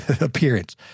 appearance